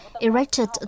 erected